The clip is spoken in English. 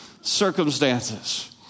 circumstances